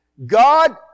God